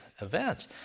event